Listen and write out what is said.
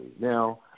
Now